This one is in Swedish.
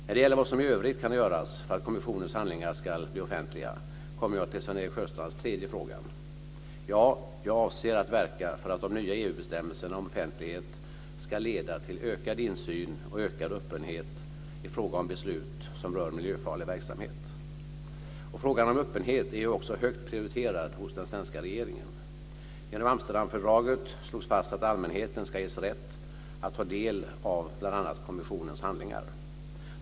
När det gäller vad som i övrigt kan göras för att kommissionens handlingar skall bli offentliga, kommer jag till Sven-Erik Sjöstrands tredje fråga. Ja, jag avser att verka för att de nya EU-bestämmelserna om offentlighet ska leda till ökad insyn och öppenhet i fråga om beslut som rör miljöfarlig verksamhet. Frågan om öppenhet är också högt prioriterad hos regeringen. Genom Amsterdamfördraget slogs fast att allmänheten ska ges rätt att ta del av bl.a. kommissionens handlingar.